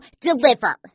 deliver